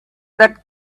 that